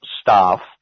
staff